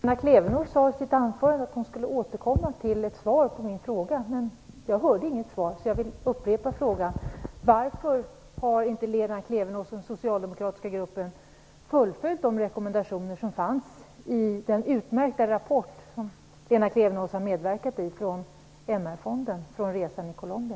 Fru talman! Lena Klevenås sade i sitt anförande att hon skulle återkomma med ett svar på min fråga, men jag hörde inget svar. Jag vill därför upprepa frågan: Varför har inte Lena Klevenås och den socialdemokratiska gruppen fullföljt de rekommendationer som fanns i den utmärkta rapport från MR-fonden som Lena Klevenås har medverkat till, från resan i Colombia?